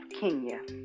Kenya